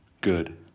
Good